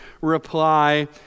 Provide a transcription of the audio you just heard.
reply